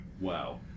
Wow